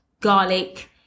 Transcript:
garlic